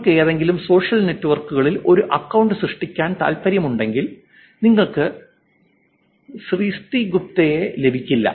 നിങ്ങൾക്ക് ഏതെങ്കിലും സോഷ്യൽ നെറ്റ്വർക്കുകളിൽ ഒരു അക്കൌണ്ട് സൃഷ്ടിക്കാൻ താൽപ്പര്യമുണ്ടെങ്കിൽ നിങ്ങൾക്ക് ശ്രിസ്തി ഗുപ്ത യെ ലഭിക്കില്ല